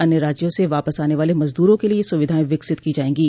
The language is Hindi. अन्य राज्यों से वापस आने वाले मजदूरों के लिए ये सुविधाएं विकसित की जाएंगी